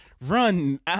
Run